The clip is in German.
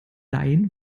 laien